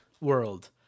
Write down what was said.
world